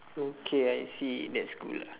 okay I see that's cool lah